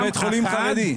בית חולים חרדי.